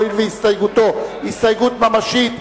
הואיל והסתייגותו הסתייגות ממשית,